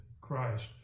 Christ